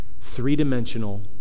three-dimensional